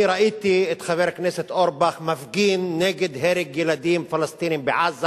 אני ראיתי את חבר הכנסת אורבך מפגין נגד הרג ילדים פלסטינים בעזה?